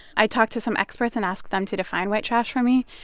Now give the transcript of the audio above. i talked to some experts and asked them to define white trash for me.